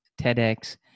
TEDx